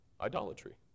idolatry